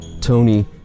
Tony